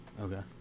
Okay